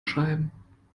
schreiben